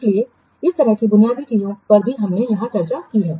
इसलिए इस तरह की बुनियादी चीजों पर भी हमने यहां चर्चा की है